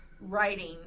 writing